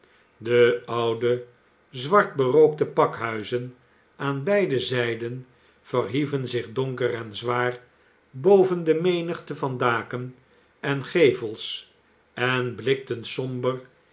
de oude zwartberookte pakhuizen aan j beide zijden verhieven zich donker en zwaar i boven de menigte van daken en gevels en blikten somber